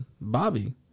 Bobby